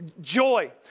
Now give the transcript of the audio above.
joy